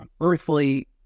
earthly